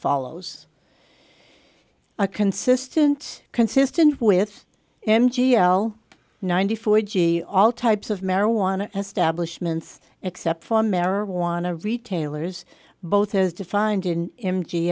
follows a consistent consistent with m g l ninety four g all types of marijuana establishments except for marijuana retailers both as defined